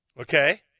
Okay